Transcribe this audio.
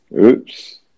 Oops